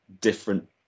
different